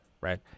right